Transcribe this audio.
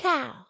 Cow